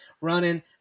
running